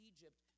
Egypt